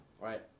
right